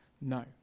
No